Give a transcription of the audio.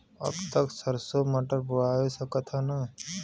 अब त सरसो मटर बोआय सकत ह न?